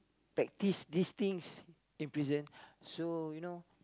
practice this things in prison so you know